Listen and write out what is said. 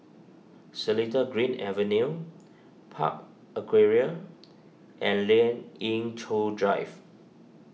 Seletar Green Avenue Park Aquaria and Lien Ying Chow Drive